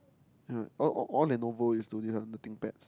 yea all all Lenovo is to this one the Think Pads